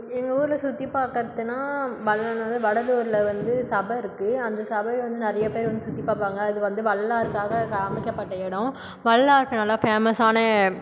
எங்கள் ஊரில் சுற்றி பார்க்குறதுனா வட வடலூரில் வந்து சபை இருக்குது அந்த சபையில் வந்து நிறைய பேர் வந்து சுற்றி பார்ப்பாங்க அது வந்து வள்ளலாருக்காக கா அமைக்கப்பட்ட இடம் வள்ளலாருக்கு நல்லா ஃபேமஸான